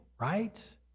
right